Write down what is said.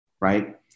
Right